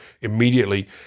immediately